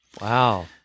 Wow